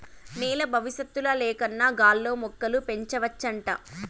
నేల బవిసత్తుల లేకన్నా గాల్లో మొక్కలు పెంచవచ్చంట